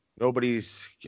nobody's